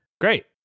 great